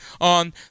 on